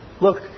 Look